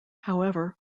however